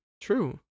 True